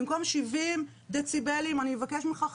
'במקום 70 דציבלים אני אבקש ממך 50,